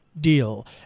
Deal